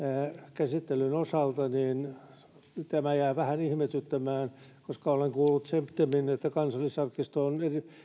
käsittelyn osalta niin tämä jää vähän ihmetyttämään olen kuullut sittemmin että kansallisarkisto on